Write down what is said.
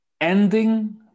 Ending